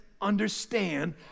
understand